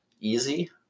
easy